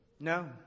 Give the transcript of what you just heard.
No